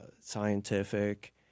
scientific